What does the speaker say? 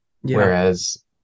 whereas